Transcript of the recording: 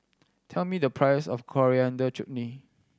tell me the price of Coriander Chutney